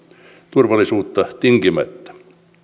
turvallisuudesta tinkimättä